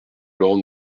laurent